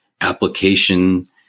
application